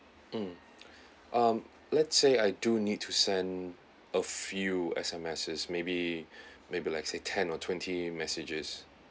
mm um let's say I do need to send a few S_M_S es maybe maybe like say ten or twenty messages